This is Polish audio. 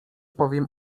powiem